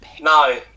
No